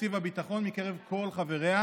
לתקציב הביטחון מקרב כל חבריה,